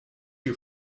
you